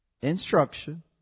instruction